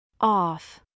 Off